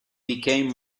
became